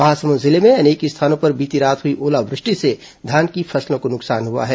महासमुंद जिले के अनेक स्थानों पर बीती रात हुई ओलावृष्टि से धान की फसलों को नुकसान हुआ है